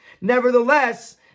nevertheless